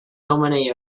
nominee